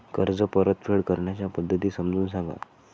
कर्ज परतफेड करण्याच्या पद्धती समजून सांगा